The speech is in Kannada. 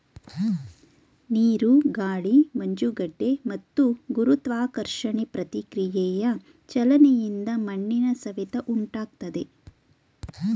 ನೀರು ಗಾಳಿ ಮಂಜುಗಡ್ಡೆ ಮತ್ತು ಗುರುತ್ವಾಕರ್ಷಣೆ ಪ್ರತಿಕ್ರಿಯೆಯ ಚಲನೆಯಿಂದ ಮಣ್ಣಿನ ಸವೆತ ಉಂಟಾಗ್ತದೆ